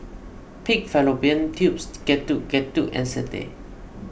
Pig Fallopian Tubes Getuk Getuk and Satay